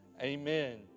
Amen